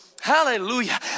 hallelujah